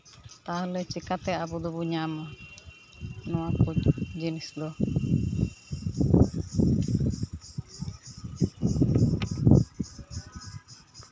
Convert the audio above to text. ᱛᱟᱦᱞᱮ ᱪᱮᱠᱟᱛᱮ ᱟᱵᱚ ᱫᱚᱵᱚ ᱧᱟᱢᱟ ᱱᱚᱣᱟ ᱠᱚ ᱡᱤᱱᱤᱥ ᱫᱚ